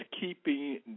keeping